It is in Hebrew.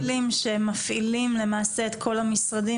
טוב שיש פעילים שמפעילים למעשה את כל המשרדים